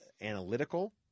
analytical